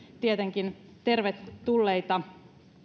tietenkin tervetulleita